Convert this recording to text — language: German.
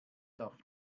darf